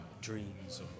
dreams